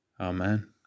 Amen